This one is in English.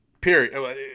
period